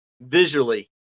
visually